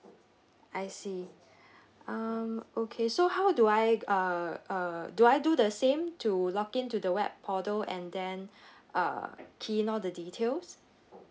I see um okay so how do I uh uh do I do the same to log in to the web portal and then uh key in all the details